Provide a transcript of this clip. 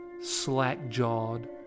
slack-jawed